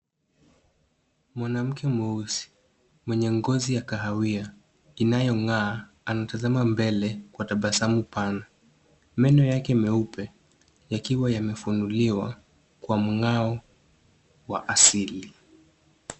Mwanamke mweusi mwenye ngozi ya kahawia inayong'aa anatazama mbele kwa tabasamu pana, meno yake meupe yakiwa yamefunuliwa kwa mng'ao wa asili.